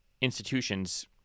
institutions